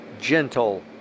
gentle